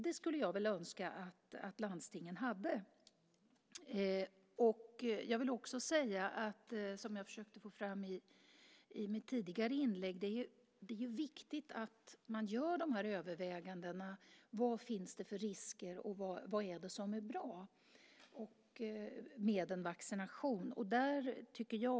Det skulle jag önska att landstingen hade. Jag försökte få fram i mitt tidigare inlägg att det är viktigt att göra dessa överväganden, nämligen vilka risker som finns och vad som är bra med en vaccination.